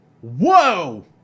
Whoa